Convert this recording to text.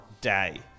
day